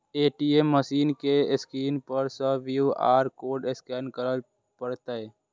ATM machine के screen पर सं क्यू.आर कोड स्कैन करय पड़तै